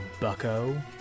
bucko